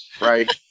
Right